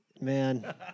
Man